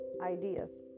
ideas